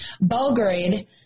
Belgrade